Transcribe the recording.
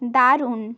দারুণ